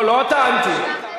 לא טענתי,